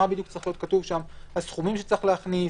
מה בדיוק צריך להיות כתוב בה: הסכומים שצריך להכניס,